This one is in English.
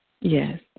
Yes